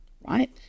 right